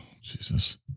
Jesus